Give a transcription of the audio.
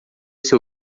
seu